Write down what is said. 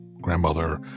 grandmother